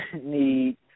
need